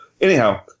Anyhow